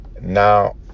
now